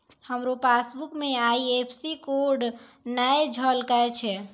हमरो पासबुक मे IFSC code नै झलकै छै